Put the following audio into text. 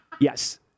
Yes